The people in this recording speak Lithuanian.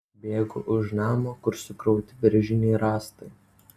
bėgu už namo kur sukrauti beržiniai rąstai